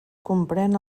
comprèn